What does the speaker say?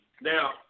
now